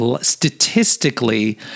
statistically